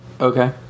Okay